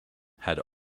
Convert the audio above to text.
had